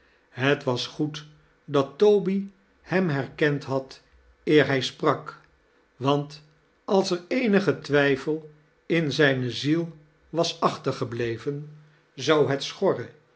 het was goed dat toby hem herkend had eer hij sprak want als er eenige twijfel in zijne ziel was achtergebleven zou het schorre